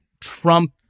Trump